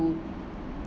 to